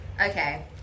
Okay